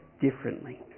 differently